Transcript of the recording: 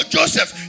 Joseph